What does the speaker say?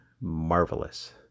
marvelous